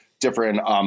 different